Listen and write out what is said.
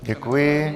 Děkuji.